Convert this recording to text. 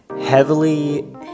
heavily